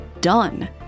done